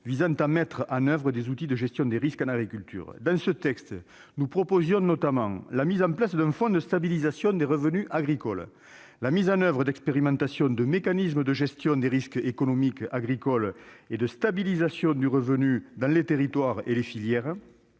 visant à mettre en place des outils de gestion des risques en agriculture. Dans ce texte nous proposions, notamment, la mise en place d'un fonds de stabilisation des revenus agricoles, la mise en oeuvre d'expérimentations de mécanismes de gestion des risques économiques agricoles et de stabilisation des revenus dans les territoires et les filières,